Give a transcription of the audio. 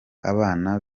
abana